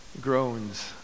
groans